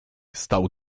stał